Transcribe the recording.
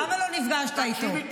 למה לא נפגשת איתו?